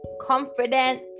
confident